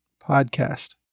podcast